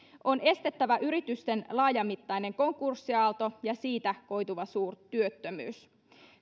on estettävä yritysten laajamittainen konkurssiaalto ja siitä koituva suurtyöttömyys